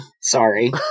Sorry